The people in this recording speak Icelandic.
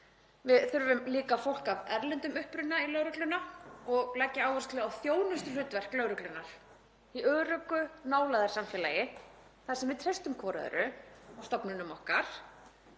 Við þurfum líka fólk af erlendum uppruna í lögregluna og að leggja áherslu á þjónustuhlutverk lögreglunnar í öruggu nálægðarsamfélagi þar sem við treystum hvert öðru og stofnunum okkar